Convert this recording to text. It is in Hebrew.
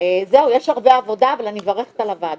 זהו, יש הרבה עבודה, אבל אני מברכת על הוועדה.